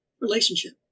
relationship